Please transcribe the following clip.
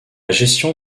gestion